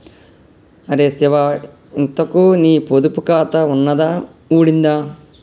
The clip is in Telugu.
అరే శివా, ఇంతకూ నీ పొదుపు ఖాతా ఉన్నదా ఊడిందా